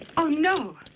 oh, no.